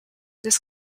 this